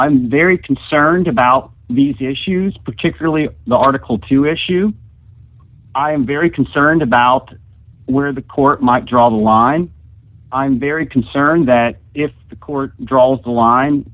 i'm very concerned about these issues particularly the article two issue i'm very concerned about where the court might draw the line i'm very concerned that if the court draw the line